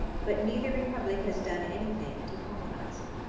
but neither republic has done any thing to colonize it.